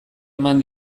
eman